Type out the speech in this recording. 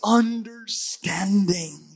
understanding